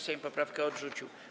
Sejm poprawkę odrzucił.